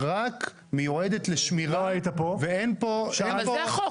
מיועדת רק לשמירה ואין פה --- זה החוק.